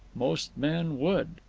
most men would.